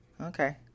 Okay